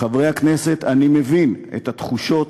חברי הכנסת, אני מבין את התחושות